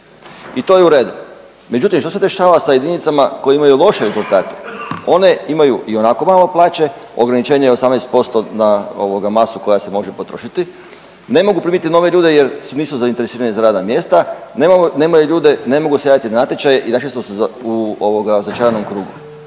I to je u redu. Međutim, šta se dešava se jedinicama koje imaju loše rezultate? One imaju i onako male plaće, ograničen je 18% na ovoga masu koja se može potrošiti, ne mogu primiti nove ljude jer nisu zainteresirani za radna mjesta, nemaju ljude, ne mogu se javiti na natječaj i našli su se u ovoga začaranom krugu.